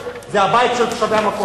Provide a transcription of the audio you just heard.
זה הבית של תושבי המקום.